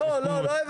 לא.